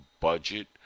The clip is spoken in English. budget